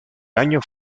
año